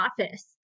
office